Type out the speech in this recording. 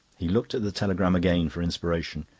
he looked at the telegram again for inspiration.